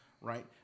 right